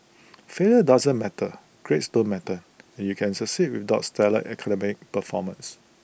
failure doesn't matter grades don't matter and you can succeed without stellar academic performance